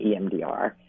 EMDR